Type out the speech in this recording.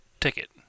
ticket